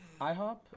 IHOP